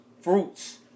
fruits